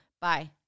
bye